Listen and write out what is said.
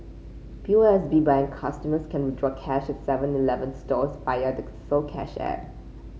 P O S B Bank customers can withdraw cash at seven Eleven stores via the soCash app